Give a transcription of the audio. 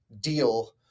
deal